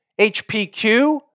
HPQ